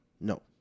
No